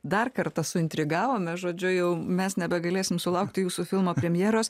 dar kartą suintrigavome žodžiu jau mes nebegalėsim sulaukti jūsų filmo premjeros